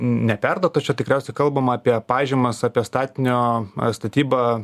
neperduotos čia tikriausiai kalbama apie pažymas apie statinio statybą